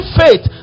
faith